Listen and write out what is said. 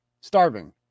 starving